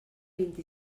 vint